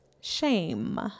shame